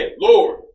Lord